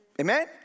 Amen